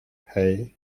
hey